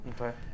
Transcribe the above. Okay